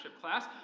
class